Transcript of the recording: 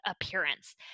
appearance